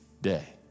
day